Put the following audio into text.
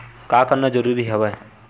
का करना जरूरी हवय?